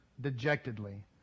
dejectedly